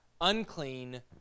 unclean